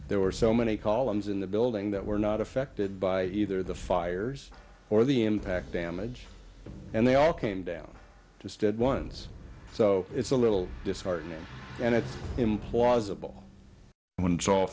there were so many columns in the building that were not affected by either the fires or the impact damage and they all came down to stood once so it's a little disheartening and it's implausible when it's all